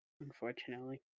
unfortunately